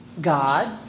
God